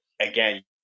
again